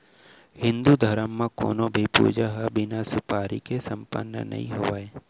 हिन्दू धरम म कोनों भी पूजा ह बिना सुपारी के सम्पन्न नइ होवय